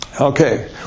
Okay